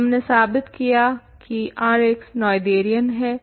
तो हमने साबित किया है की Rx नोएथेरियन है